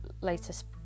latest